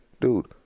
dude